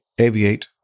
aviate